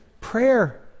Prayer